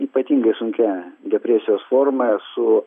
ypatingai sunkia depresijos forma esu